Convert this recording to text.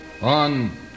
on